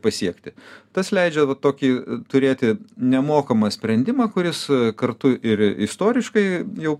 pasiekti tas leidžia tokį turėti nemokamą sprendimą kuris kartu ir istoriškai jau